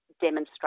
demonstrate